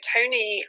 Tony